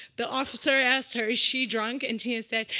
the officer asked her, is she drunk? and tina said,